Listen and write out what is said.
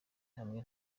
hamwe